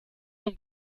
zum